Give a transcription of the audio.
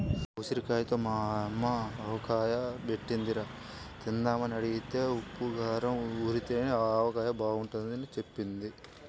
ఉసిరిగాయలతో మా యమ్మ ఆవకాయ బెట్టిందిరా, తిందామని అడిగితే ఉప్పూ కారంలో ఊరితేనే ఆవకాయ బాగుంటదని జెప్పింది